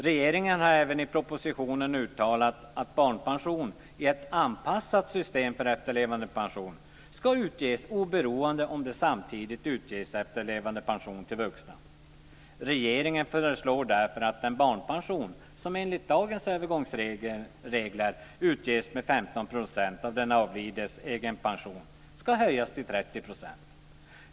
Regeringen har även i propositionen uttalat att barnpension i ett anpassat system för efterlevandepension ska utges oberoende om det samtidigt utges efterlevandepension till vuxna. Regeringen föreslår därför att den barnpension som enligt dagens övergångsregler utges med 15 % av den avlidnes egenpension ska höjas till 30 %.